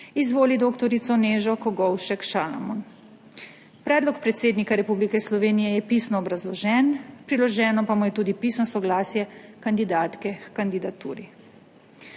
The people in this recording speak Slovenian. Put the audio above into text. izvoli dr. Nežo Kogovšek Šalamon. Predlog predsednika Republike Slovenije je pisno obrazložen, priloženo pa mu je tudi pisno soglasje kandidatke h kandidaturi.